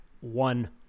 one